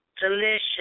delicious